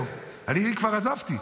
אני כבר עזבתי.